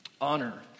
honor